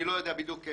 אני לא יודע בדיוק.